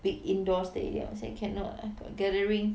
big indoor stadium I said cannot eh I got gathering